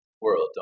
world